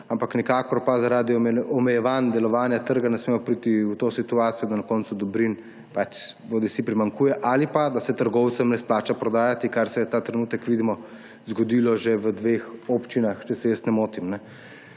Nikakor pa zaradi omejevanj delovanja trga ne smemo priti v situacijo, da na koncu dobrin bodisi primanjkuje ali pa da se trgovcem ne splača prodajati, kar se je ta trenutek že zgodilo v dveh občinah, če se jaz ne motim,